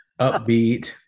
upbeat